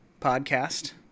Podcast